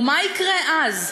ומה יקרה אז?